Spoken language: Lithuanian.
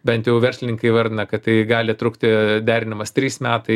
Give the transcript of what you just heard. bent jau verslininkai įvardina kad tai gali trukti derinimas trys metai